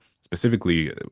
specifically